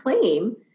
claim